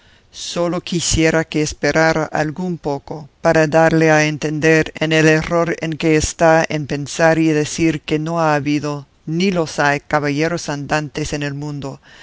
sólo quisiera que esperara algún poco para darle a entender en el error en que está en pensar y decir que no ha habido ni los hay caballeros andantes en el mundo